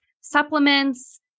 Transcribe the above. supplements